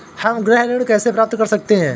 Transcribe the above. हम गृह ऋण कैसे प्राप्त कर सकते हैं?